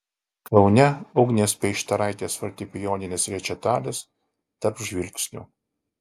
kaune ugnės peištaraitės fortepijoninis rečitalis tarp žvilgsnių